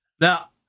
Now